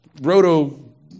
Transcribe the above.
roto